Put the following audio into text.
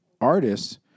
artists